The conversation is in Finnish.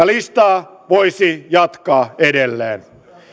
listaa voisi jatkaa edelleen